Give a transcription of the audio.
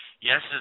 Yes